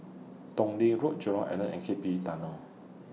Tong Lee Road Jurong Island and K P E Tunnel